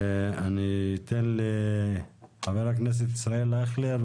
אני אתן לח"כ ישראל אייכלר,